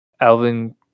Alvin